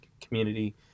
community